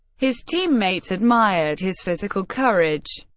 his teammates admired his physical courage.